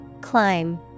Climb